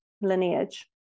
lineage